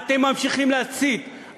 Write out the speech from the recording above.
אתם ממשיכים להסית.